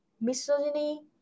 misogyny